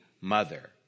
mother